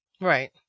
Right